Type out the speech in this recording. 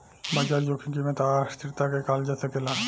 बाजार जोखिम कीमत आ अस्थिरता के कहल जा सकेला